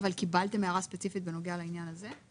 אבל קיבלתם הערה ספציפית בנוגע לעניין הזה.